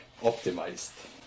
optimized